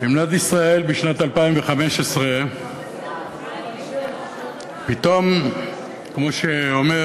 במדינת ישראל בשנת 2015, פתאום, כמו שאומר